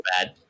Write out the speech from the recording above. bad